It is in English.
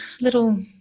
little